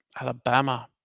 Alabama